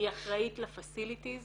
היא אחראית לפסיליטיס